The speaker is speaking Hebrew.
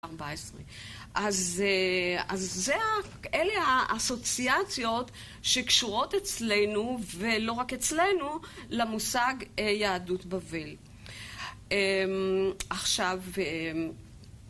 14. אז אלה האסוציאציות שקשורות אצלנו, ולא רק אצלנו, למושג יהדות בבל. עכשיו...